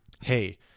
Hey